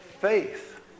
faith